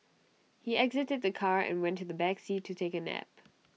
he exited the car and went to the back seat to take A nap